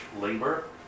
labor